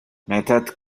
method